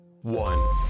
One